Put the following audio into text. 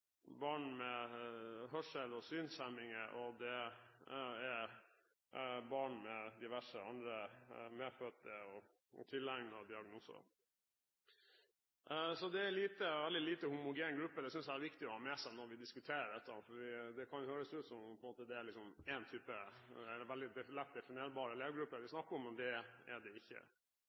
barn med ervervet hjerneskade, barn med hørsels- og synshemming og barn med diverse andre medfødte og tilegnede diagnoser. Så det er en veldig lite homogen gruppe. Det synes jeg er viktig å ha med seg når vi diskuterer dette. Det kan høres ut som om det er én, veldig lett definerbar elevgruppe vi snakker om. Det er det ikke.